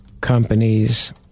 companies